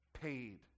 paid